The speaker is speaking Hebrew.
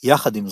יחד עם זאת,